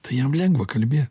tai jam lengva kalbė